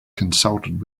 consulted